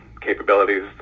capabilities